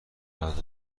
رعد